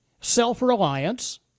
self-reliance